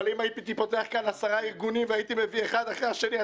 אבל אם הייתי פותח כאן עשרה ארגונים ומביא אחד אחרי השני,